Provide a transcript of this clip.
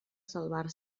salvar